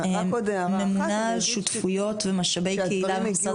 ממונה על שותפויות ומשאבי קהילה במשרד החינוך.